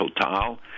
Total